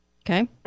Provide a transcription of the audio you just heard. okay